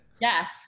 Yes